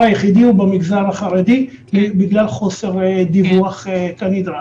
היחידי היה במגזר החרדי בגלל חוסר דיווח כנדרש.